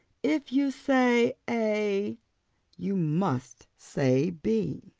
if you say a you must say b.